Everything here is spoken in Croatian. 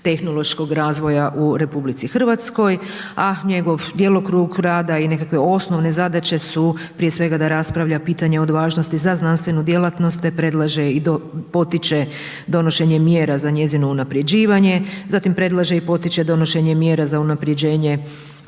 tehnološkog razvoja u RH, a njegov djelokrug rada i nekakve osnovne zadaće su prije svega da raspravlja pitanja od važnosti za znanstvenu djelatnost, te predlaže i potiče donošenje mjera za njezino unaprjeđivanje, zatim predlaže i potiče donošenje mjera za unaprjeđenje